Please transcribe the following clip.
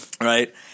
Right